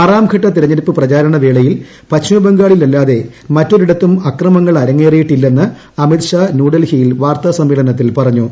ആറാംഘട്ട തെരഞ്ഞെടുപ്പ് പ്രചാരണവേളയിൽ പശ്ചിമബംഗാളിൽ അല്ലാതെ മറ്റൊരിടത്തും അക്രമങ്ങൾ അരങ്ങേറിയിട്ടില്ലെന്ന് അമിത്ഷാ ന്യൂഡൽഹിയിൽ വാർത്താ സമ്മേളനത്തിൽ പറഞ്ഞു